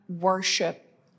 worship